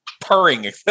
purring